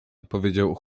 odpowiedział